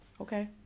Okay